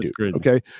Okay